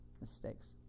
mistakes